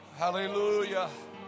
Hallelujah